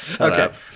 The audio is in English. Okay